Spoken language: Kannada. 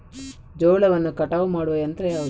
ಜೋಳವನ್ನು ಕಟಾವು ಮಾಡುವ ಯಂತ್ರ ಯಾವುದು?